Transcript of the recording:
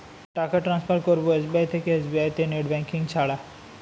টাকা টান্সফার করব এস.বি.আই থেকে এস.বি.আই তে নেট ব্যাঙ্কিং ছাড়া?